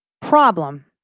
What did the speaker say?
problem